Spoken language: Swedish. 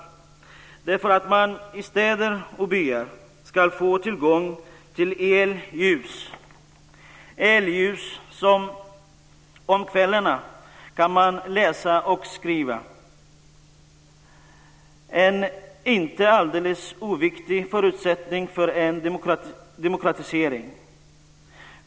Jo, därför att man i städer och byar ska få tillgång till elljus, så att man om kvällarna kan läsa och skriva, en inte alldeles oviktig förutsättning för en demokratisering.